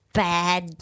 bad